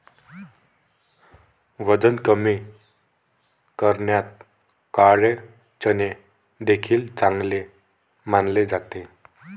वजन कमी करण्यात काळे चणे देखील चांगले मानले जाते